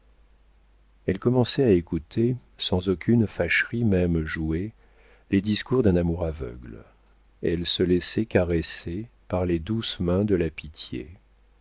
elle commençait à écouter sans aucune fâcherie même jouée les discours d'un amour aveugle elle se laissait caresser par les douces mains de la pitié